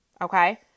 Okay